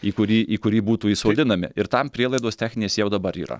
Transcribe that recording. į kurį į kurį būtų įsodinami ir tam prielaidos techninės jau dabar yra